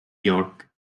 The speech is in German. york